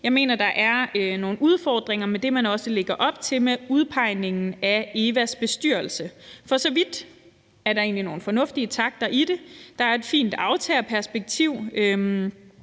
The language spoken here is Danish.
jeg mener, at der er nogle udfordringer med det, man lægger op til med udpegningen af EVA's bestyrelse. For så vidt er der egentlig nogle fornuftige takter i det. Der er et fint aftagerperspektiv,